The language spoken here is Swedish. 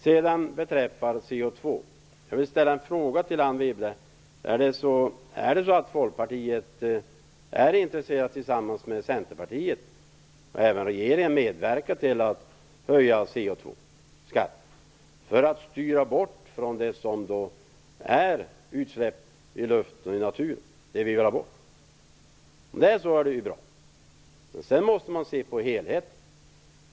Wibble: Är det så att Folkpartiet är intresserat att tillsammans med Centerpartiet och även regeringen medverka till att höja CO2-skatten för att styra bort från användning av det som ger utsläpp i luften och naturen, det som vi vill ha bort? Det är bra om det är så. Men sedan måste man se på helheten.